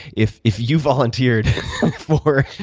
if if you volunteered for